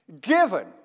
given